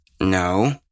No